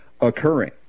occurring